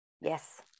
Yes